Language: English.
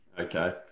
Okay